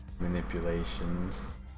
manipulations